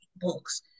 books